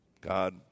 God